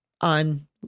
on